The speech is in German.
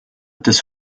des